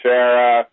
Sarah